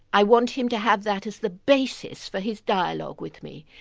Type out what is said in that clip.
i want him to have that as the basis for his dialogue with me.